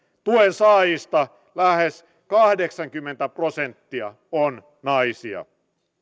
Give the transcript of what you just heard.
tuensaajista lähes kahdeksankymmentä prosenttia on naisia